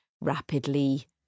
rapidly